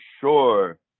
sure